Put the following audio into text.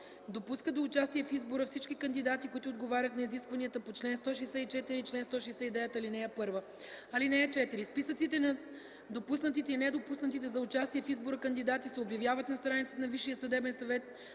допуска до участие в избора всички кандидати, които отговарят на изискванията по чл. 164 и чл. 169, ал. 1. (4) Списъците на допуснатите и недопуснатите за участие в избора кандидати се обявяват на страницата на Висшия съдебен съвет